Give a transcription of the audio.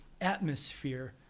atmosphere